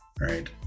right